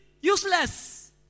useless